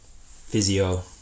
physio